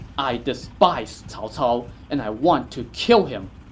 i despise cao cao and i want to kill him!